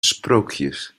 sprookjes